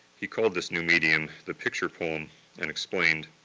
he called this new medium the picture poem and explained,